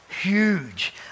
huge